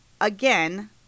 again